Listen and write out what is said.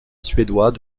suédois